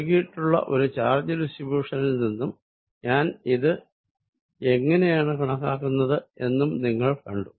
നൽകിയിട്ടുള്ള ഒരു ചാർജ് ഡിസ്ട്രിബ്യുഷനിൽ നിന്നും ഞാൻ ഇത് എങ്ങിനെയാണ് കണക്കാക്കുന്നത് എന്നും നിങ്ങൾ കണ്ടു